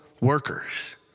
workers